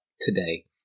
today